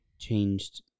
Changed